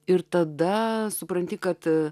ir tada supranti kad